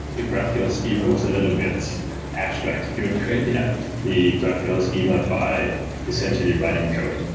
the graphql schema was a little bit abstract. you create the ah the graphql schema by essentially writing code.